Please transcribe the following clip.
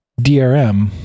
drm